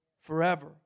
forever